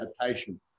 adaptation